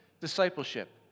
discipleship